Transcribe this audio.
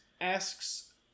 asks